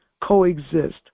coexist